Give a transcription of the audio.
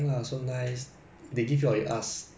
I never I got a trade with them also